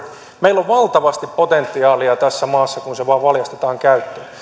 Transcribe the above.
meillä on valtavasti potentiaalia tässä maassa kun se vain valjastetaan käyttöön